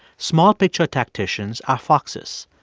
small-picture tacticians are foxes.